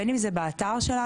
בין אם זה באתר שלנו,